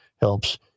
helps